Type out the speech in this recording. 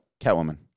Catwoman